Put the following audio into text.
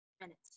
minutes